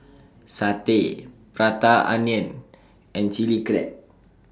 Satay Prata Onion and Chili Crab